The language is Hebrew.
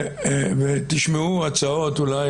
ותשמעו הצעות אולי,